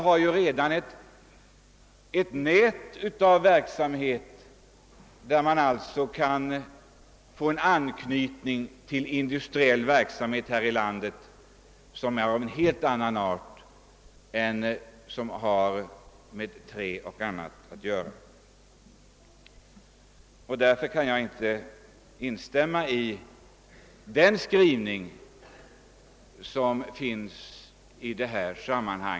Staten bedriver redan industriell verksamhet här i landet som är av helt annan art och som inte har med trä och dylikt att göra. Därför kan jag inte instämma i propositionens förslag på denna punkt.